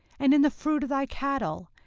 and in the fruit of thy cattle,